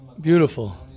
beautiful